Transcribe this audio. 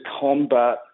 combat